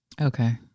Okay